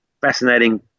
fascinating